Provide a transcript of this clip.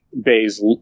Bay's